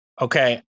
Okay